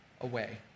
away